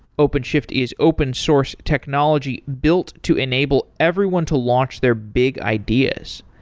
openshift is open source technology built to enable everyone to launch their big ideas.